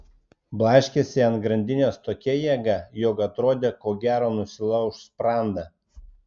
blaškėsi ant grandinės tokia jėga jog atrodė ko gero nusilauš sprandą